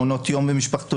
מעונות יום ומשפחתונים,